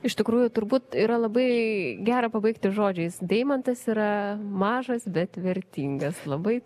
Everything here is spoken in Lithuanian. iš tikrųjų turbūt yra labai gera pabaigti žodžiais deimantas yra mažas bet vertingas labai